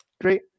great